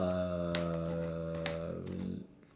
uh